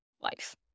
life